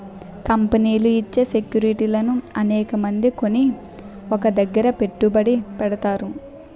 కంపెనీలు ఇచ్చే సెక్యూరిటీలను అనేకమంది కొని ఒక దగ్గర పెట్టుబడి పెడతారు